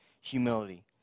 humility